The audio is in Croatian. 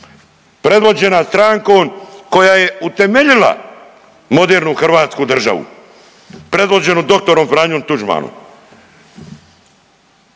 predvođena strankom koja je utemeljila modernu Hrvatsku državu predvođenju dr. Franjom Tuđmanom.